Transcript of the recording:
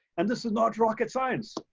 and this is not rocket science.